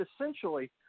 essentially